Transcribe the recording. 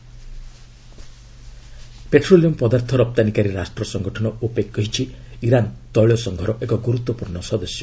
OPEC Iran US petroleum ପଦାର୍ଥ ରପ୍ତାନୀକାରୀ ରାଷ୍ଟ୍ର ସଂଗଠନ ଓପେକ୍ କହିଛି ଇରାନ୍ ତୈଳସଂଘର ଏକ ଗୁରୁତ୍ୱପୂର୍ଣ୍ଣ ସଦସ୍ୟ